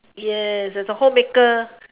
yes as a homemaker